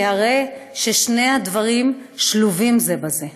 כי הרי שני הדברים שלובים זה בזה.